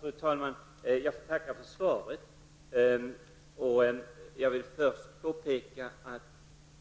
Fru talman! Jag får tacka för svaret. Jag vill först påpeka att